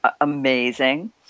amazing